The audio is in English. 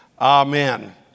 Amen